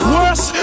Worse